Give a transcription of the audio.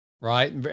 Right